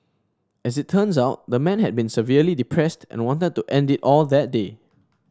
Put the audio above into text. as it turns out the man had been severely depressed and wanted to end it all that day